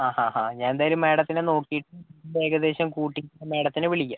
ആ ഹാ ഹാ ഞാനെന്തായാലും മാഡത്തിനെ നോക്കിയിട്ട് ഇത് ഏകദേശം കൂട്ടിയിട്ട് ഞാൻ മാഡത്തിനെ വിളിക്കാം